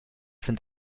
sind